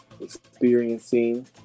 experiencing